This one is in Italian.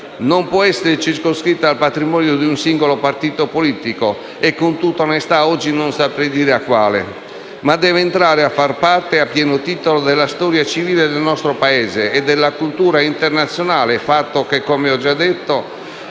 non può essere circoscritta al patrimonio di un singolo partito politico (e, con tutta onestà, oggi non saprei dire quale) ma deve entrare a far parte, a pieno titolo, della storia civile del nostro Paese e della cultura internazionale, fatto che, come ho detto,